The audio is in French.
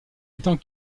étant